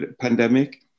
pandemic